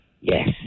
Yes